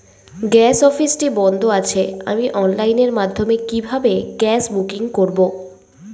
Gas অফিসটি বন্ধ আছে আমি অনলাইনের মাধ্যমে কিভাবে গ্যাস বুকিং করব?